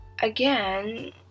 again